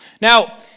Now